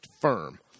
firm